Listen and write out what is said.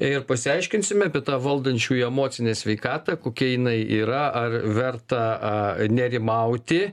ir pasiaiškinsim apie tą valdančiųjų emocinę sveikatą kokia jinai yra ar verta nerimauti